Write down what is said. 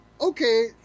okay